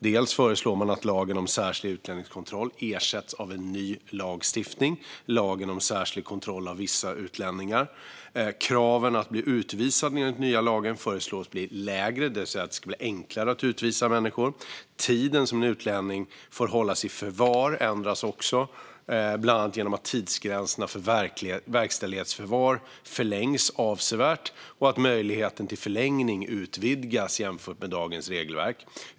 Man föreslår att lagen om särskild utlänningskontroll ersätts av en ny lagstiftning - lagen om särskild kontroll av vissa utlänningar. Kraven att bli utvisad enligt den nya lagen föreslås bli lägre, det vill säga att det ska bli enklare att utvisa människor. Tiden som en utlänning får hållas i förvar ändras, bland annat genom att tidsgränserna för verkställighetsförvar förlängs avsevärt och att möjligheten till förlängning utvidgas jämfört med dagens regelverk.